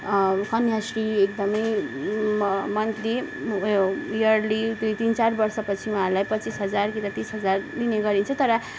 कन्याश्री एकदमै उयो monthly yearly दुई तिन चार वर्षपछि उहाँहरूलाई पच्चिस हजार कि त तिस हजार दिने गरिन्छ तर